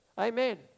amen